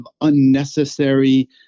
unnecessary